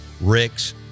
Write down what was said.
Rick's